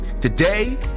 Today